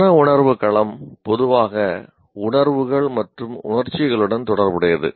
மனவுணர்வு களம் பொதுவாக உணர்வுகள் மற்றும் உணர்ச்சிகளுடன் தொடர்புடையது